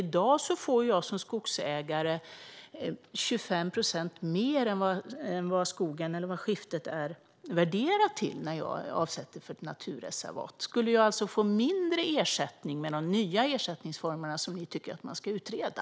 I dag får jag som skogsägare 25 procent mer än vad skogsskiftet är värderat till när jag avsätter mark för ett naturreservat. Skulle jag alltså få mindre ersättning med de nya ersättningsformerna som ni tycker att man ska utreda?